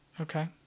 Okay